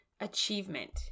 achievement